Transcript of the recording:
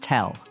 Tell